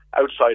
outside